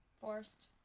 Forced